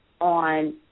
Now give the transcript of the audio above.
on